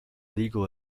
legal